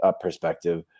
perspective